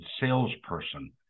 salesperson